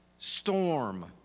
storm